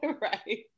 right